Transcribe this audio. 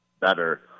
better